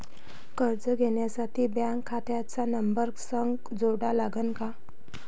कर्ज घ्यासाठी बँक खात्याचा नंबर संग जोडा लागन का?